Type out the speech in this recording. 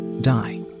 Die